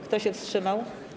Kto się wstrzymał?